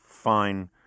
Fine